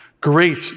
Great